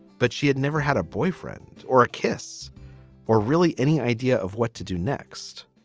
but she had never had a boyfriend or a kiss or really any idea of what to do next